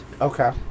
Okay